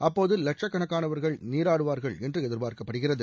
அப்போது லட்சக்கணக்கானவர்கள் நீராடுவார்கள் என்று எதிர்பார்க்கப்படுகிறது